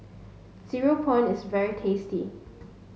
Cereal Prawn is very tasty